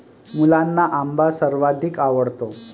मुलांना आंबा सर्वाधिक आवडतो